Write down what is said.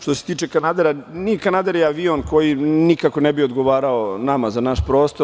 Što se tiče kanadera, kanader je avion koji nikako ne bi odgovarao nama za naš prostor.